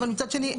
מצד שני,